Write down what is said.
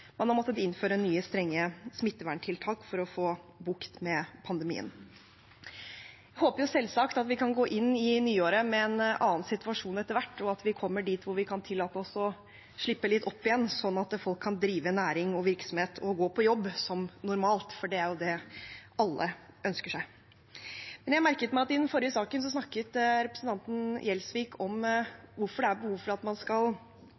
man har måttet innføre nye, strenge smitteverntiltak for å få bukt med pandemien. Jeg håper selvsagt at vi kan gå inn i det nye året med en annen situasjon etter hvert, og at vi kommer dit hvor vi kan tillate oss å slippe litt opp igjen, slik at folk kan drive næring og virksomhet og gå på jobb som normalt, for det er jo det alle ønsker seg. Men jeg merket meg at i den forrige saken snakket representanten Gjelsvik om hvorfor det er behov for at man skal